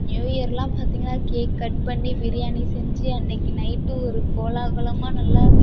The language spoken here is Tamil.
நியூ இயர்லாம் பார்த்திங்கனா கேக் கட் பண்ணி பிரியாணி செஞ்சு அன்னக்கு நைட்டு ஒரு கோலாகலமாக நல்ல